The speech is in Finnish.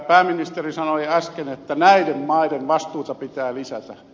pääministeri sanoi äsken että näiden maiden vastuuta pitää lisätä